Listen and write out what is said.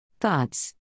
Thoughts